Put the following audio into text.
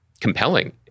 compelling